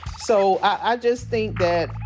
so i just think that,